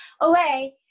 away